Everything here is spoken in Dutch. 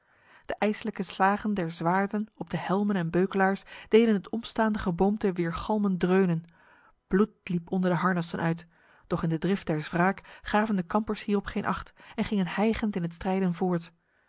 de ijslijke slagen der zwaarden op de helmen en beukelaars deden het omstaande geboomte weergalmend dreunen bloed liep onder de harnassen uit doch in de drift der wraak gaven de kampers hierop geen acht en gingen hijgend in het strijden voort